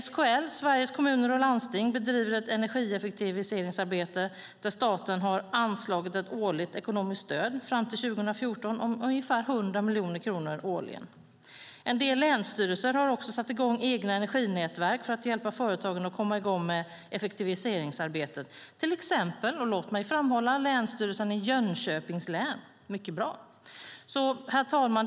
SKL, Sveriges Kommuner och Landsting, bedriver ett energieffektiviseringsarbete där staten har anslagit ett årligt ekonomiskt stöd fram till 2014 om ungefär 100 miljoner kronor årligen. En del länsstyrelser har också satt i gång egna energinätverk för att hjälpa företagen att komma i gång med effektiviseringsarbetet. Det gäller till exempel Länsstyrelsen i Jönköpings län. Låt mig framhålla detta; det är mycket bra! Herr talman!